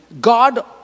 God